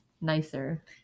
nicer